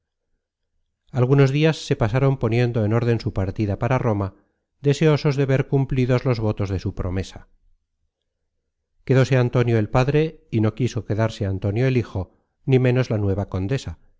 algunos dias se pasaron poniendo en órden su partida para roma deseosos de ver cumplidos los votos de su promesa quedóse antonio el padre y no quiso quedarse antonio el hijo ni ménos la nueva condesa